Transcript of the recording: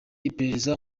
iperereza